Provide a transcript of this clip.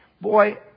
Boy